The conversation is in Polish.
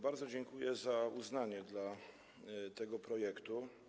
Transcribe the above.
Bardzo dziękuję za uznanie dla tego projektu.